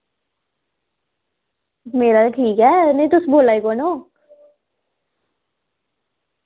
मेरा ते ठीक ऐ नेईं तुस बोल्ला दे कु'न ओ